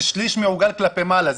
זה שליש מעוגל כלפי מעלה,